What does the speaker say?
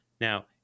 Now